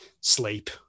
sleep